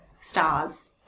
stars